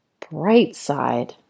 Brightside